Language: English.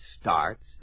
starts